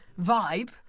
vibe